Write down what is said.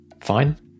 Fine